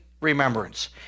remembrance